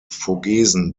vogesen